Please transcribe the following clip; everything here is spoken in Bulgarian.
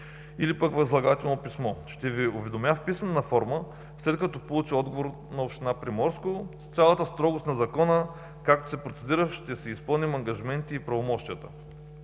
или пък възлагателно писмо. Ще Ви уведомя в писмена форма, след като получа отговор на община Приморско. С цялата строгост на закона, както се процедира, ще си изпълним ангажиментите и правомощията.“